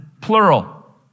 plural